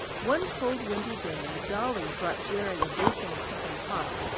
one cold windy day, dolly brought jerry a basin of something hot,